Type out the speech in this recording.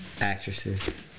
actresses